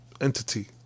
entity